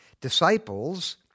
Disciples